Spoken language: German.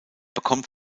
bekommt